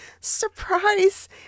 surprise